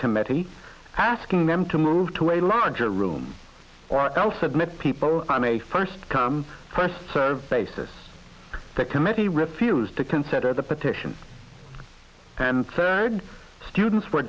committee asking them to move to a larger room or else admit people i'm a first come first serve basis that committee refuse to consider the petitions and thirds students were